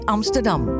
Amsterdam